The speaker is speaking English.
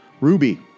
Ruby